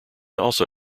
also